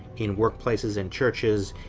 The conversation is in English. in workplaces and churches,